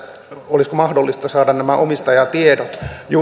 olisiko mahdollista saada nämä omistajatiedot